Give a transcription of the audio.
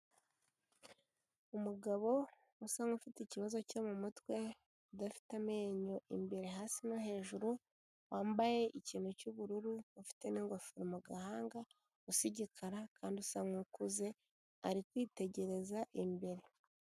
Umugabo usa nk'ufite ikibazo cyo mu mutwe udafite amenyo imbere hasi no hejuru, wambaye ikintu cy'ubururu, ufite n'ingofero mu gahanga, usa igikara kandi usa nk'ukuze ari kwitegereza imbere.